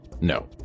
No